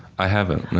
i haven't. no.